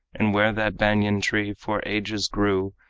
and where that banyan-tree for ages grew,